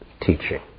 teaching